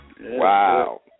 Wow